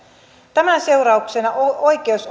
tämän seurauksena oikeus